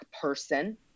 person